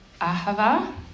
ahava